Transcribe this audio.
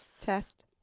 Test